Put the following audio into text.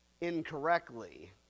incorrectly